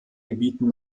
gebieten